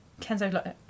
Kenzo